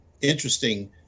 interesting